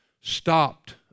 stopped